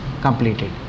completed